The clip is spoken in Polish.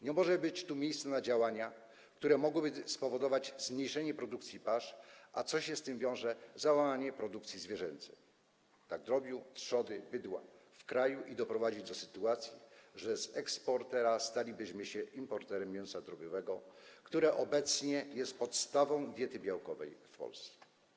Nie może być tu miejsca na działania, które mogłyby spowodować zmniejszenie produkcji pasz, a co się z tym wiąże, załamanie produkcji zwierzęcej - drobiu, trzody, bydła - w kraju i doprowadzić do sytuacji, że z eksportera stalibyśmy się importerem mięsa drobiowego, które obecnie jest podstawą diety białkowej w Polsce.